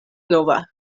nova